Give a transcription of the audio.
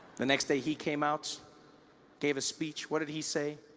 the next day he came out gave a speech, what did he say?